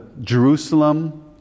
Jerusalem